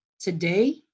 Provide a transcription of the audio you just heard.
today